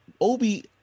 Obi